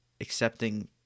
accepting